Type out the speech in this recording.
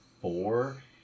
four